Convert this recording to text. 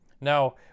Now